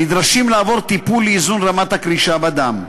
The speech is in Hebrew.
נדרשים לעבור טיפול לאיזון רמת הקרישה בדם.